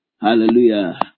Hallelujah